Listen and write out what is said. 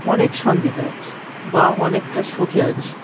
অনেক শান্তিতে আছি বা অনেকটা সুখে আছি